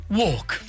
walk